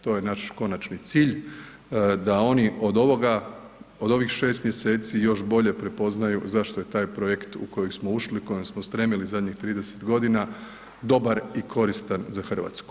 To je naš konačni cilj da oni od ovoga od ovih šest mjeseci još bolje prepoznaju zašto je taj projekt u kojeg smo ušli, kojem smo stremili zadnjih 30 godina dobar i koristan za Hrvatsku.